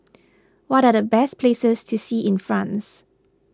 what are the best places to see in France